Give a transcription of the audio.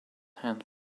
hand